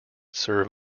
serve